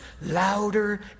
louder